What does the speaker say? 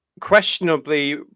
questionably